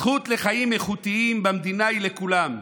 הזכות לחיים איכותיים במדינה היא לכולם: